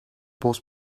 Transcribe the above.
boss